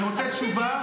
אני רוצה תשובה,